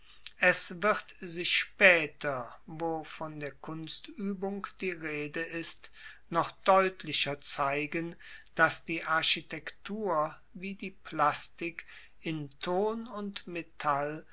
es wird sich spaeter wo von der kunstuebung die rede ist noch deutlicher zeigen dass die architektur wie die plastik in ton und metall